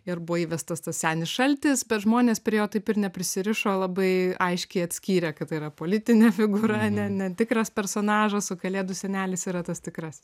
ir buvo įvestas tas senis šaltis bet žmonės prie jo taip ir neprisirišo labai aiškiai atskyrė kad tai yra politinė figūra ne ne tikras personažas o kalėdų senelis yra tas tikrasis